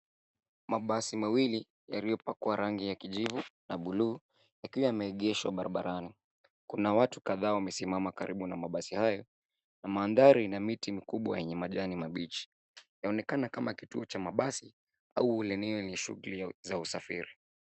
Mbasi mawili yaliyopakwa rangi ya kijivu na buluu yakiwa yameegeshwa barbarani kuna watu kadhaa wamesimama karibu na mabasi hayo na mandhari ina miti mikubwa yenye majani mabichi inaonekana kama kituo cha mabasi au eneo lenye shughuli za usafiri.